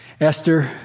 esther